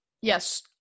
yes